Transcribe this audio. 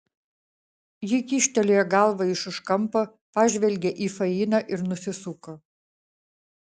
ji kyštelėjo galvą iš už kampo pažvelgė į fainą ir nusisuko